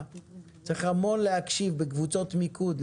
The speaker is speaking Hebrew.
ציבורית צריך המון להקשיב בקבוצות מיקוד,